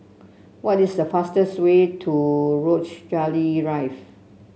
what is the fastest way to Rochalie